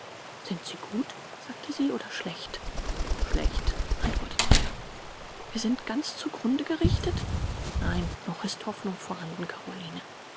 sind sie gut sagte sie oder schlecht schlecht antwortete er wir sind ganz zu grunde gerichtet nein noch ist hoffnung vorhanden karoline